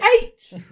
eight